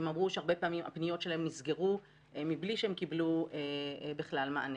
הם אמרו שהרבה פעמים הפניות שלהם נסגרו בלי שהם קיבלו בכלל מענה.